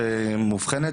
ילדה שמאובחנת?